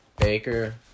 Baker